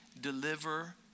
deliver